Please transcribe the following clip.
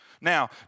Now